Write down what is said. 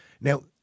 Now